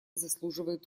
заслуживает